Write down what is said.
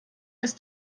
ist